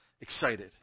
excited